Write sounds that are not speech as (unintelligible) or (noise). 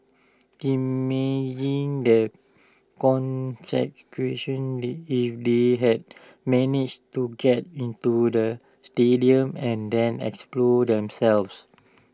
imagine the (unintelligible) if they had managed to get into the stadium and then exploded themselves